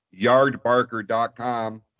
Yardbarker.com